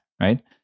right